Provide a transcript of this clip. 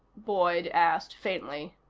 boyd asked faintly.